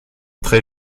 très